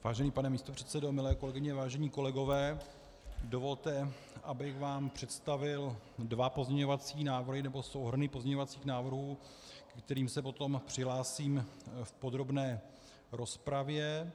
Vážený pane místopředsedo, milé kolegyně, vážení kolegové, dovolte, abych vám představil dva pozměňovací návrhy, nebo souhrny pozměňovacích návrhů, ke kterým se potom přihlásím v podrobné rozpravě.